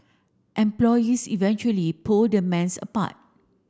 employees eventually pulled the men's apart